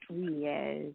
yes